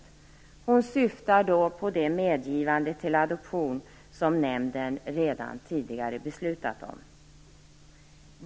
Hon syftar då på det medgivande till adoption som nämnden redan tidigare beslutat om.